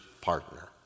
partner